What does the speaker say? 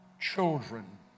children